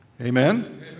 Amen